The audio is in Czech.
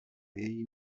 její